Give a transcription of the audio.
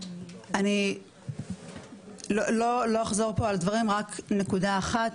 אני לא אחזור פה על דברים, רק נקודה אחת.